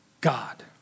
God